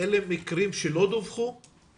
אלה מקרים שלא דווחו, או גם וגם?